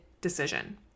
decision